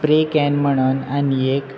pray कॅन म्हणून आनी एक